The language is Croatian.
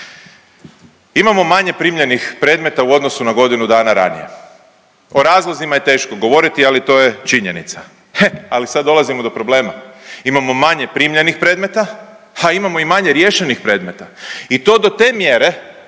Imamo manje primljenih predmeta u odnosu na godinu dana ranije, o razlozima je teško govoriti, ali to je činjenica, he ali sad dolazimo do problema, imamo manje primljenih predmeta, ha imamo i manje riješenih predmeta i to do te mjere